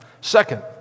second